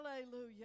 Hallelujah